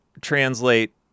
translate